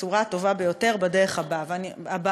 בצורה הטובה ביותר בדרך הבאה: